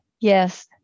Yes